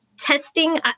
testing